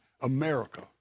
America